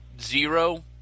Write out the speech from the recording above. zero